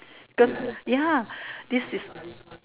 the ya this is